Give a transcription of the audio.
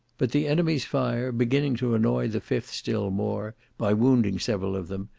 but the enemy's fire beginning to annoy the fifth still more, by wounding several of them,